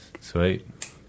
Sweet